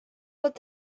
wird